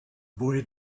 boy